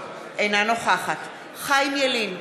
אינה נוכחת חיים ילין,